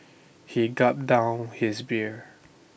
he gulped down his beer